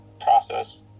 process